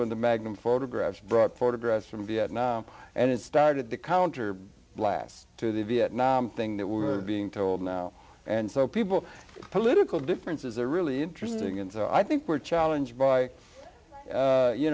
when the magnum photographs brought photographs from vietnam and it started to counter blast to the vietnam thing that we're being told now and so people political differences are really interesting and so i think we're challenged by